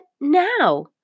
now